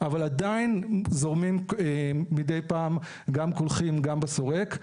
אבל עדיין זורמים מדי פעם קולחין גם בשורק.